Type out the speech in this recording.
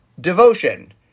Devotion